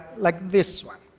like this one.